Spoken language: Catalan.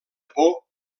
por